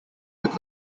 would